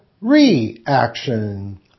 reaction